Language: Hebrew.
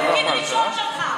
התפקיד הראשון שלך.